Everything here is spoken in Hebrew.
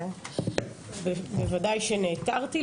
בוודאי שנעתרתי.